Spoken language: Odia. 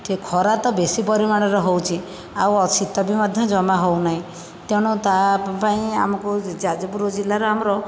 ଏଠି ଖରା ତ ବେଶୀ ପରିମାଣରେ ହେଉଛି ଆଉ ଶୀତ ବି ମଧ୍ୟ ଜମା ହୋଉନାହିଁ ତେଣୁ ତା ପାଇଁ ଆମକୁ ଯାଜପୁର ଜିଲ୍ଲାର ଆମର